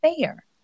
fair